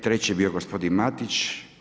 Treći je bio gospodin Matić.